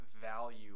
value